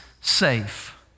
safe